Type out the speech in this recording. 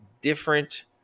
different